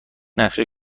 نقشه